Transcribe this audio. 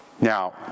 Now